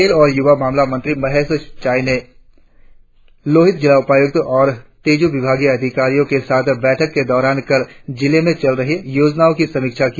खेल और युवा मामलो मंत्री मोहेश चाई ने लोहित जिला उपायुक्त और तेजू विभागिय अधिकारियो के साथ बैठक के दौरान कल जिले में चल रही योजनाओ की समीक्षा की